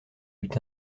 eût